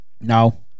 No